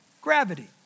gravity